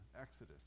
exodus